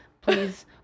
Please